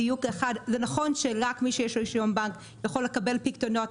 זה נכון שרק מי שיש לו רישיון בנק יכול לקבל פיקדונות,